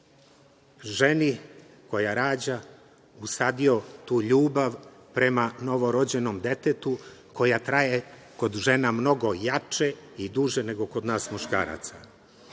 ženi koja rađa usadio tu ljubav prema novorođenom detetu koja traje kod žena mnogo jače i duže, nego kod nas muškaraca.